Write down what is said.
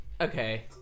Okay